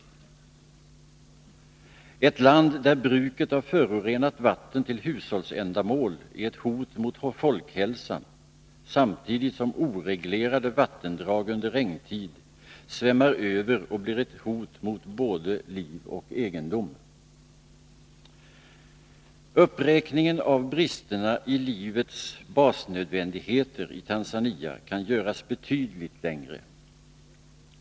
Det är ett land där bruket av förorenat vatten till hushållsändamål är ett hot mot folkhälsan, samtidigt som oreglerade vattendrag under regntid svämmar över och blir ett hot mot både liv och egendom. Uppräkningen av bristerna i livets basnödvändigheter i Tanzania kan göras betydligt längre.